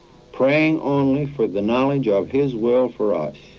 praying only for the knowledge of his will for us